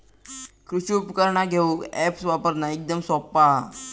कृषि उपकरणा घेऊक अॅप्स वापरना एकदम सोप्पा हा